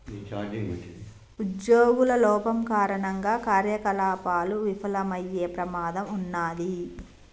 ఉజ్జోగుల లోపం కారణంగా కార్యకలాపాలు విఫలమయ్యే ప్రమాదం ఉన్నాది